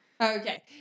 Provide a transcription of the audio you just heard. Okay